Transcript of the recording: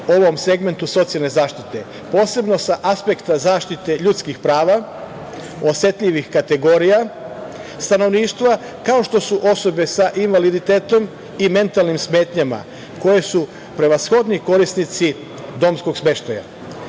ovom segmentu socijalne zaštite, posebno sa aspekta zaštite ljudskih prava, osetljivih kategorija stanovništva kao što su osobe sa invaliditetom i mentalnim smetnjama koje su prevashodni korisnici domskog smeštaja. Koncept